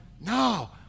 no